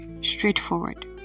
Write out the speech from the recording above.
Straightforward